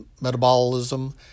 metabolism